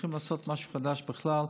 הולכים לעשות משהו חדש בכלל.